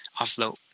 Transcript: Offload